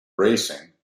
racing